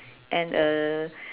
and a